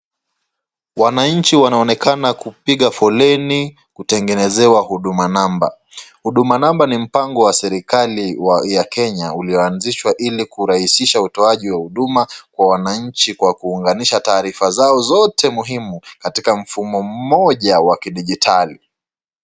Wanainchi wanaonekana kupiga foleni kutengenezewa huduma namba. Huduma namba ni mpango wa serikali ya Kenya uliyo anzishwa ili kurahisisha utoaji wa huduma kwa wanainchi kwa kuunganisha taarifa zao zote muhimu katika mfumo mmoja wa kidijitali.